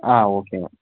ആ ഓക്കെ